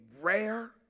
rare